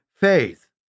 faith